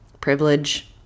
privilege